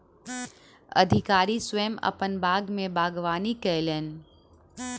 अधिकारी स्वयं अपन बाग में बागवानी कयलैन